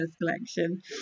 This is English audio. collection